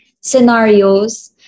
scenarios